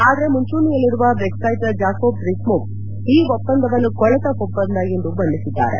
ಆದರೆ ಮುಂಚೂಣಿಯಲ್ಲಿರುವ Brexiteer Jacob Rees Mogg ಈ ಒಪ್ಪಂದವನ್ನು ಕೊಳಿತ ಒಪ್ಪಂದ ಎಂದು ಬಣ್ಣಿಸಿದ್ದಾರೆ